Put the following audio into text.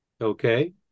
Okay